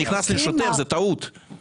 זאת טעות שזה נכנס לשוטף.